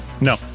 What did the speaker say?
No